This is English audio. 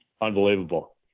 Unbelievable